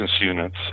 units